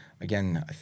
again